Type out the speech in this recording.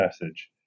message